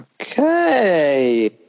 Okay